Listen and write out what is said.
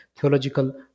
theological